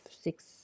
six